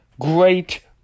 great